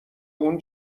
اون